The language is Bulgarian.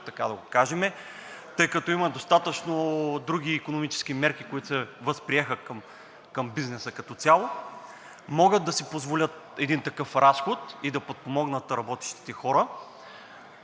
така да го кажем, тъй като има достатъчно други икономически мерки, които се възприеха към бизнеса като цяло. Могат да си позволят един такъв разход и да подпомогнат работещите хора,